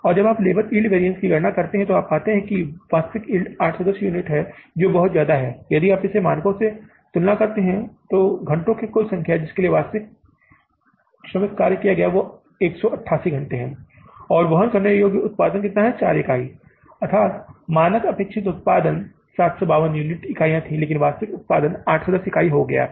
और जब आप यील्ड वैरिअन्स की गणना करते है तो आप पाते कि वास्तविक यील्ड 810 यूनिट है जो बहुत ज्यादा है और यदि आप इन मानकों से गुजरते हैं तो घंटों की कुल संख्या जिसके लिए वास्तव में काम किया गया श्रमिक कार्य 188 घंटे था और वहन करने योग्य उत्पादन कितना 4 इकाई थीं अर्थात मानक अपेक्षित उत्पादन 752 इकाइयाँ थीं लेकिन वास्तविक उत्पादन 810 इकाई हो गया है